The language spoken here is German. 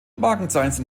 markenzeichen